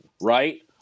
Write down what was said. right